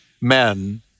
men